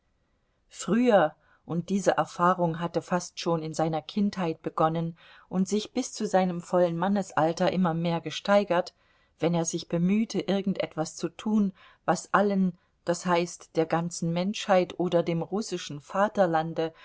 früher und diese erfahrung hatte fast schon in seiner kindheit begonnen und sich bis zu seinem vollen mannesalter immer mehr gesteigert wenn er sich bemühte irgend etwas zu tun was allen das heißt der ganzen menschheit oder dem russischen vaterlande